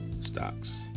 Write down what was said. stocks